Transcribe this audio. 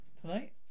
Tonight